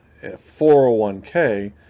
401k